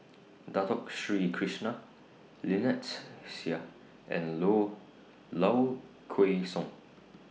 Dato Sri Krishna Lynnette Seah and Low Low Kway Song